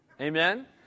Amen